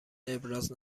ابراز